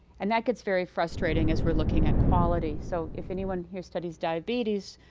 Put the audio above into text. and that gets very frustrating as we're looking at quality, so if anyone here studies diabetes,